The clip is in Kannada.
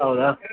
ಹೌದಾ